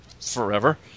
Forever